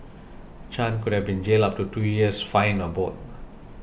Chan could have been jailed up to two years fined or both